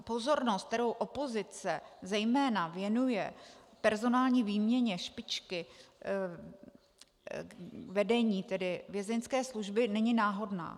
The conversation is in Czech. Pozornost, kterou opozice zejména věnuje personální výměně špičky vedení Vězeňské služby, není náhodná.